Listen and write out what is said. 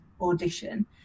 audition